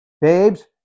Babes